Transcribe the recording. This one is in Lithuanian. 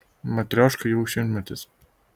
matrioškai jau šimtmetis